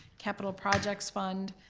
capital projects fund,